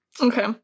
Okay